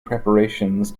preparations